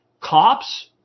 cops